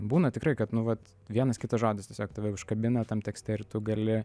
būna tikrai kad nu vat vienas kitas žodis tiesiog tave užkabina tam tekste ir tu gali